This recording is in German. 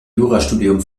jurastudium